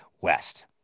West